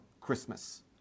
Christmas